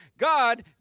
God